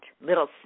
Little